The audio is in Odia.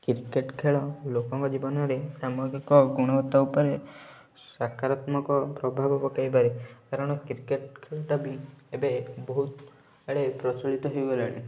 କ୍ରିକେଟ୍ ଖେଳ ଲୋକଙ୍କ ଜୀବନରେ ସାମାଜିକ ଗୁଣାତ୍ମକ ଉପରେ ସାକାରାତ୍ମକ ପ୍ରଭାବ ପକେଇପାରେ କାରଣ କ୍ରିକେଟ୍ ଖେଳ ଟା ବି ଏବେ ବହୁତ ଆଡ଼େ ପ୍ରଚଳିତ ହେଇଗଲାଣି